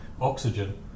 oxygen